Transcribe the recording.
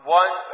one